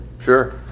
Sure